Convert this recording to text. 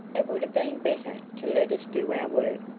it would have been better to let us do our work,